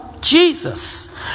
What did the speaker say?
Jesus